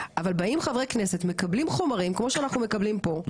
אבל באים חברי כנסת מקבלים חומרים כמו שאנחנו מקבלים פה,